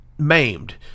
maimed